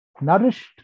nourished